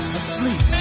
asleep